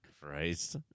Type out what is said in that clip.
Christ